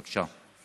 בבקשה.